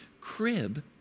crib